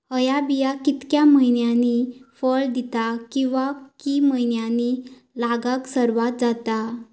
हया बिया कितक्या मैन्यानी फळ दिता कीवा की मैन्यानी लागाक सर्वात जाता?